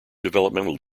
developmental